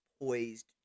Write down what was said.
poised